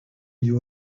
you